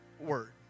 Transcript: word